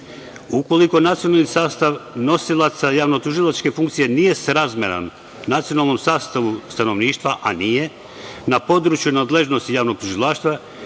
Ukoliko nacionalni sastav nosilaca javnotužilačke funkcije nije srazmeran nacionalnom sastavu stanovništva, a nije, na području nadležnosti javnog tužilaštva